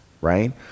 right